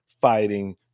fighting